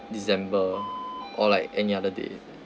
december or like any other day